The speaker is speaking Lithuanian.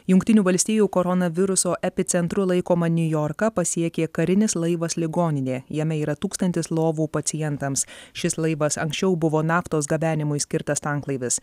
jungtinių valstijų koronaviruso epicentru laikomą niujorką pasiekė karinis laivas ligoninė jame yra tūkstantis lovų pacientams šis laivas anksčiau buvo naftos gabenimui skirtas tanklaivis